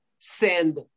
send